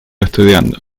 estudiando